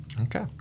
Okay